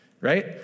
Right